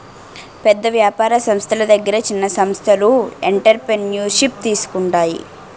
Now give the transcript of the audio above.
పెద్ద వ్యాపార సంస్థల దగ్గర చిన్న సంస్థలు ఎంటర్ప్రెన్యూర్షిప్ తీసుకుంటాయి